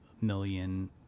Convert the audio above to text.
million